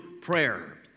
prayer